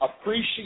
Appreciate